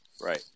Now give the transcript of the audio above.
Right